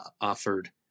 offered